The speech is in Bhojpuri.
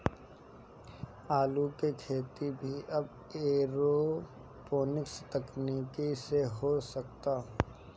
आलू के खेती भी अब एरोपोनिक्स तकनीकी से हो सकता